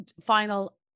final